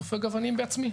סופג אבנים בעצמי.